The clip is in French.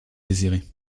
désirez